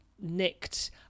nicked